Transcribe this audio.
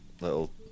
little